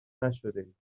نشدهاید